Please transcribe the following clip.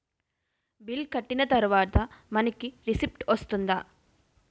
Bill కట్టిన తర్వాత మనకి రిసీప్ట్ వస్తుందా?